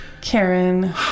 Karen